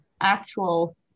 actual